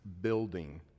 building